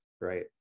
Right